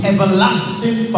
Everlasting